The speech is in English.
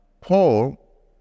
Paul